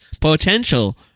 potential